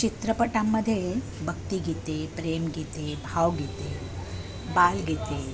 चित्रपटांमध्ये भक्तीगीते प्रेम गीते भावगीते बालगीते